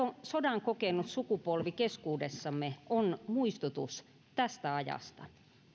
sodan kokenut sukupolvi keskuudessamme ovat muistutus tästä ajasta